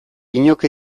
inork